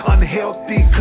Unhealthy